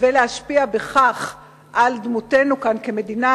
ולהשפיע בכך על דמותנו כאן במדינה,